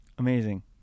amazing